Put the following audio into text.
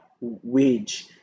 wage